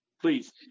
please